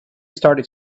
started